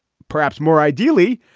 perhaps more ideally,